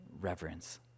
reverence